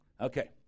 Okay